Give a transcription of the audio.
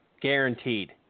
Guaranteed